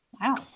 Wow